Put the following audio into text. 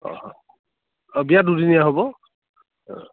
অঁ বিয়া দুদিনীয়া হ'ব